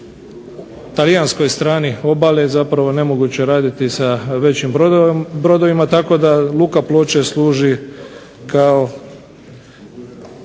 na avionskoj strani obale zapravo nemoguće raditi sa većim brodovima, tako da luka Ploče služi kao